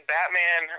Batman